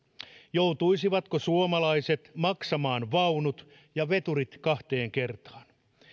joutuisivatko suomalaiset maksamaan vaunut ja veturit kahteen kertaan